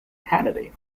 hannity